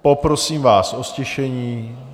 Poprosím vás o ztišení!